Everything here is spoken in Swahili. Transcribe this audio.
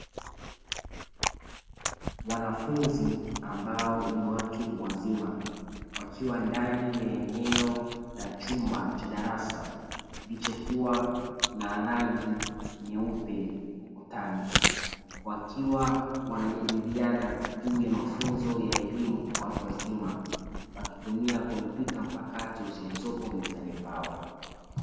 Wanafunzi ambao ni watu wazima wakiwa ndani ya eneo la chumba cha darasa lililo na rangi nyeupe, wakiwa wanajadiliana juu ya mafunzo ya elimu ya watu wazima, wakitumia kompyuta mpakato zilizopo mezani mwao.